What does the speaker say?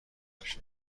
داشت